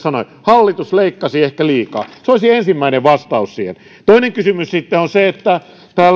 sanoi hallitus leikkasi ehkä liikaa se olisi ensimmäinen vastaus siihen toinen kysymys on se että